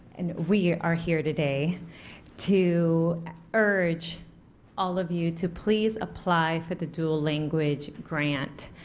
and we are here today to urge all of you to please apply for the dual language grant.